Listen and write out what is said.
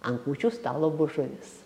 ant kūčių stalo bus žuvis